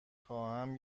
خواهم